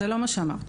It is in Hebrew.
זה לא מה שאמרתי.